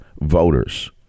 voters